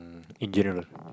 in general